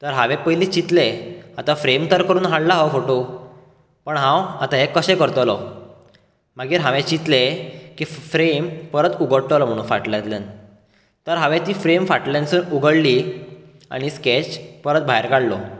तर हांवें पयली चितले फ्रेम करून तर हाडला हो फोटो पण हांव आता हें कशे करतलो मागीर हांवें चितले की फ्रेम परत उगडटलो म्हणून फाटल्यातल्यान तर हांवें ती फ्रेम फाटल्यानसून उगडली आनी स्केच परत भायर काडलो